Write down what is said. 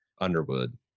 Underwood